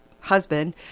husband